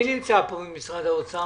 האוצר,